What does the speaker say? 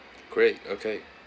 great okay